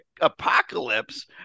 apocalypse